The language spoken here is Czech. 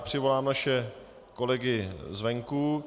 Přivolám naše kolegy z venku.